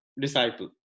disciple